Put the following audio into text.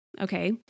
Okay